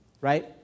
right